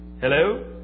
Hello